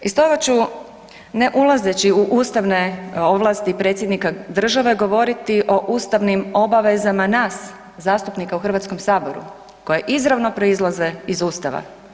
I stoga ću ne ulazeći u ustavne ovlasti Predsjednika države, govoriti o ustavnim obavezama nas zastupnika u Hrvatskom saboru koje izravno proizlaze iz Ustava.